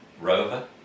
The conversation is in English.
Rover